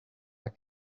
pas